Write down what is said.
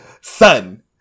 Son